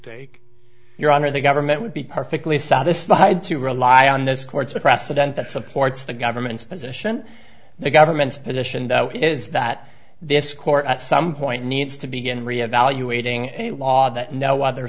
take your honor the government would be perfectly satisfied to rely on this court's precedent that supports the government's position the government's position is that this court at some point needs to begin reevaluating a law that no other